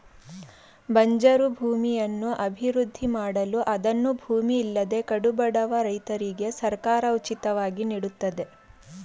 ಬಂಜರು ಭೂಮಿಯನ್ನು ಅಭಿವೃದ್ಧಿ ಮಾಡಲು ಅದನ್ನು ಭೂಮಿ ಇಲ್ಲದ ಕಡುಬಡವ ರೈತರಿಗೆ ಸರ್ಕಾರ ಉಚಿತವಾಗಿ ನೀಡುತ್ತದೆ